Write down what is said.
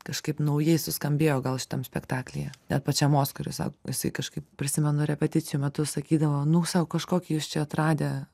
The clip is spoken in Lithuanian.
kažkaip naujai suskambėjo gal šitam spektaklyje net pačiam oskarui sako visai kažkaip prisimenu repeticijų metu sakydavo nu sau kažkokį jūs čia atradę